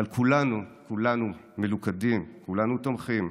אבל כולנו כולנו מלוכדים, כולנו תומכים,